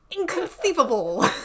inconceivable